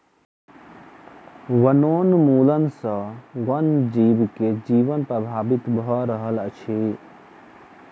वनोन्मूलन सॅ वन जीव के जीवन प्रभावित भ रहल अछि